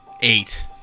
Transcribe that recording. Eight